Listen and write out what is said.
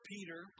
Peter